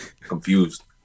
confused